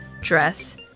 Dress